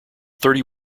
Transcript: thirty